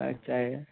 અચ્છા